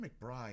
McBride